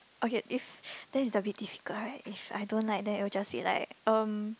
okay it's then like a bit difficult right if I don't like then it'll just be like um